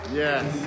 yes